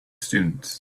students